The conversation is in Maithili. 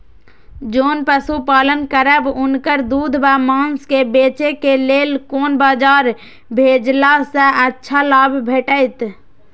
जोन पशु पालन करब उनकर दूध व माँस के बेचे के लेल कोन बाजार भेजला सँ अच्छा लाभ भेटैत?